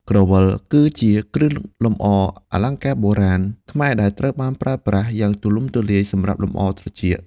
ក្រវិល គឺជាគ្រឿងអលង្ការបុរាណខ្មែរដែលត្រូវបានប្រើប្រាស់យ៉ាងទូលំទូលាយសម្រាប់លម្អ ត្រចៀក។